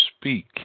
speak